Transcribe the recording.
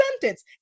sentence